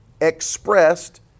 expressed